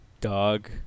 Dog